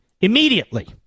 Immediately